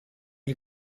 you